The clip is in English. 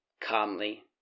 Calmly